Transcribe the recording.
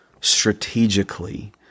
strategically—